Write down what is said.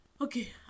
Okay